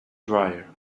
dryer